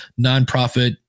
nonprofit